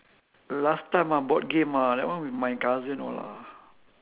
last time ah board game ah that one with my cousin all ah